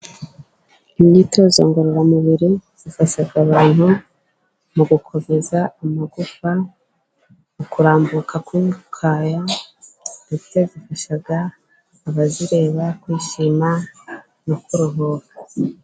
Imyitozo ngororamubiri zifasha abantu mu gukomeza amagufa, mu kurambuka kw'imikaya ndetse zifasha abazireba kwishima no kuruhuka.